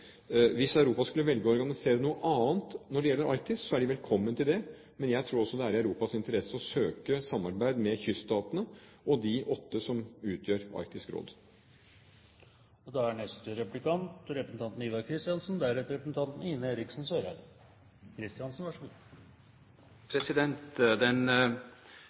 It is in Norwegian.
Hvis Europa skulle velge å organisere noe annet når det gjelder Arktis, er de velkommen til det, men jeg tror det er i Europas interesse å søke samarbeid med kyststatene og de åtte som utgjør Arktisk Råd. Den europeiske menneskerettighetsdomstol har som kjent et betydelig antall ubehandlede saker. Nær 120 000 ubehandlede saker ligger på bordet til domstolen, og